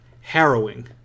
harrowing